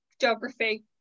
geography